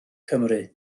cymru